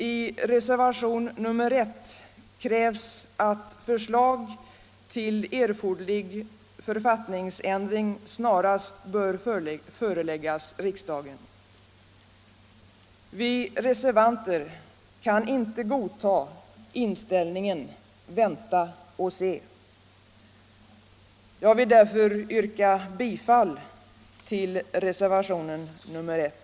I reservation nr 1 krävs att förslag till erforderlig författningsändring snarast bör föreläggas riksdagen. Vi reservanter kan inte godta inställningen att vänta och se. Jag vill därför yrka bifall till reservation nr 1.